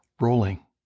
rolling